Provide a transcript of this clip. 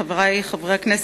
חברי חברי הכנסת,